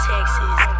Texas